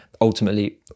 ultimately